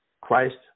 Christ